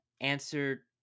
answer